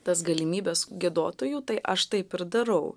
tas galimybes giedotojų tai aš taip ir darau